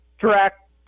direct